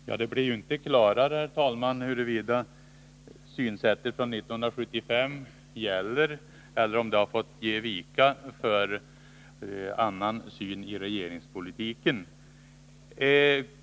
Herr talman! Det blev ju inte klarare huruvida synsättet 1975 gäller eller om det i vad avser regeringspolitiken har fått ge vika för en annan syn.